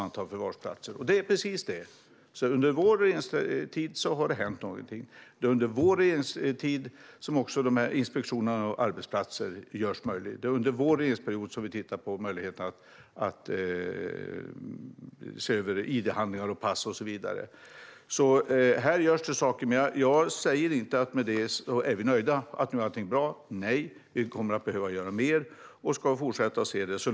Det är under vår regeringstid som det har hänt någonting. Det är under vår regeringstid som inspektionerna av arbetsplatser har möjliggjorts. Det är under vår regeringsperiod som man tittat på möjligheten att se över id-handlingar, pass och så vidare. Här görs det saker! Men jag säger inte att vi därmed är nöjda och att allting nu är bra. Nej, vi kommer att behöva göra mer och ska fortsätta med det.